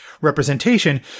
representation